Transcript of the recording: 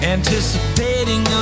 Anticipating